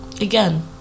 again